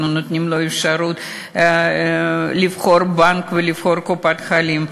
אנחנו נותנים לו אפשרות לבחור בנק ולבחור קופת-חולים,